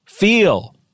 Feel